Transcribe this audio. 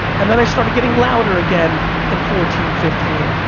and then i started getting louder again in fourteen, fifteen,